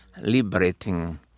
liberating